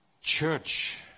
church